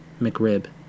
McRib